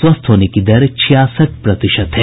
स्वस्थ होने की दर छियासठ प्रतिशत है